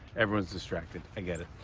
everybody's distracted. i get it.